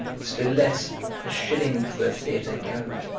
still less a shilling for a theatre gallery.